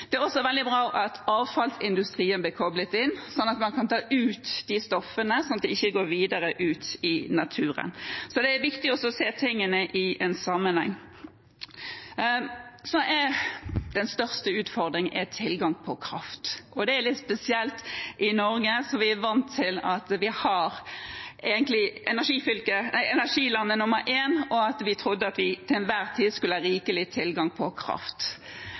Det er også veldig bra at avfallsindustrien blir koblet inn, sånn at man kan ta ut disse stoffene så de ikke går videre ut i naturen. Så det er viktig å se tingene i en sammenheng. Den største utfordringen er tilgang på kraft. Det er litt spesielt i Norge, energiland nummer én, der vi er vant til å ha energi, og der vi trodde at vi til enhver tid skulle ha rikelig tilgang på kraft.